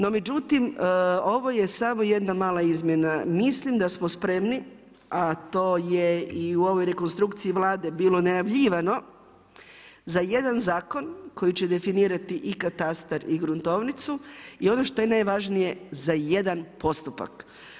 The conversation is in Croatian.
No međutim, ovo je samo jedna mala izmjena, mislim da smo spremni a to je i u ovoj rekonstrukciji Vlade bilo najavljivano, za jedna zakon koji će definirati i katastar i gruntovnicu i ono što je najvažnije, za jedan postupak.